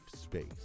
space